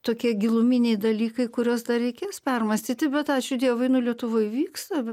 tokie giluminiai dalykai kuriuos dar reikės permąstyti bet ačiū dievui nu lietuvoj vyksta